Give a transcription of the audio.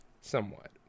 Somewhat